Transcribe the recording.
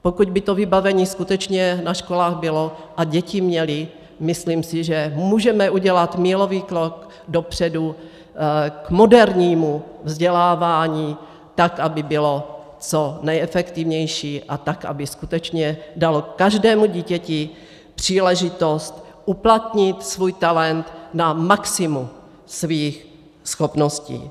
Pokud by to vybavení skutečně na školách bylo a děti měly, myslím si, že můžeme udělat mílový krok dopředu k modernímu vzdělávání, tak aby bylo co nejefektivnější a tak aby skutečně dalo každému dítěti příležitost uplatnit svůj talent na maximum svých schopností.